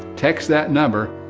text that number,